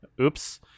Oops